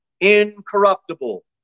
incorruptible